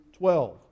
12